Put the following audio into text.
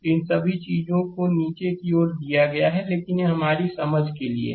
इन सभी चीजों को नीचे की ओर दिया गया है लेकिन यह हमारी समझ के लिए है